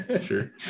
sure